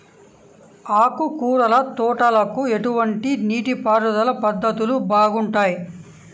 ఆకుకూరల తోటలకి ఎటువంటి నీటిపారుదల పద్ధతులు బాగుంటాయ్?